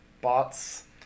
bots